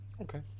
okay